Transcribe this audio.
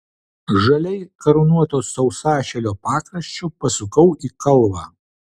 žaliai karūnuoto sausašilio pakraščiu pasukau į kalvą